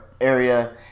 area